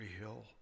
Hill